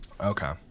Okay